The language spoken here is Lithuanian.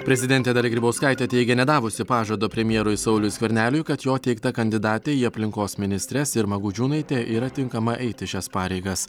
prezidentė dalia grybauskaitė teigė nedavusi pažado premjerui sauliui skverneliui kad jo teikta kandidatė į aplinkos ministres irma gudžiūnaitė yra tinkama eiti šias pareigas